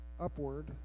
upward